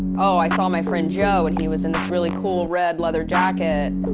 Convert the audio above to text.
oh, i saw my friend joe and he was in this really cool red leather jacket,